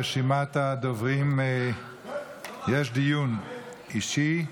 יש דיון אישי,